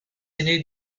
aîné